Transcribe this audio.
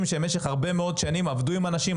שבמשך הרבה מאוד שנים עבדו עם אנשים,